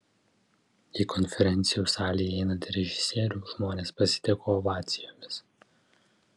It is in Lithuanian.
į konferencijų salę įeinantį režisierių žmonės pasitiko ovacijomis